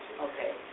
Okay